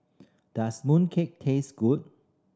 does mooncake taste good